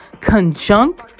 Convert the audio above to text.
conjunct